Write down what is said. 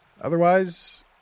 Otherwise